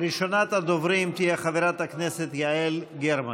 ראשונת הדוברים תהיה חברת הכנסת יעל גרמן.